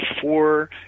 four